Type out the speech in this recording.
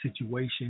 situation